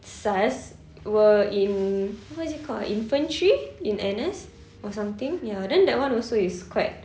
saz were in what is it called ah infantry in N_S or something ya then that [one] also is quite